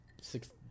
Six